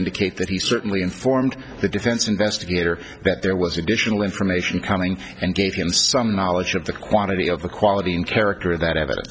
indicate that he certainly informed the defense investigator that there was additional information coming and gave him some knowledge of the quantity of the quality and character that